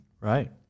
Right